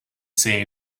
say